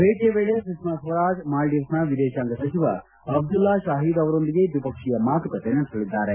ಭೇಟಿಯ ವೇಳೆ ಸುಷ್ನಾ ಸ್ವರಾಜ್ ಮಾಲ್ವಿವ್ಸ್ನ ವಿದೇತಾಂಗ ಸಚಿವ ಅಬ್ದುಲ್ಲಾ ತಾಹಿದ್ ಅವರೊಂದಿಗೆ ದ್ವಿಪಕ್ಷೀಯ ಮಾತುಕತೆ ನಡೆಸಲಿದ್ದಾರೆ